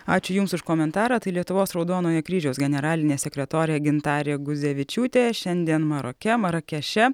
ačiū jums už komentarą tai lietuvos raudonojo kryžiaus generalinė sekretorė gintarė guzevičiūtė šiandien maroke marakeše